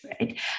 right